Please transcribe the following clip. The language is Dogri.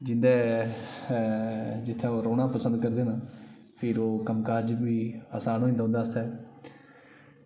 जिं'दे जित्थें ओह् रौह्ना पसंद करदे न फिर ओह् कम्म काज़ बी आसान होई जंदा उंदे आस्तै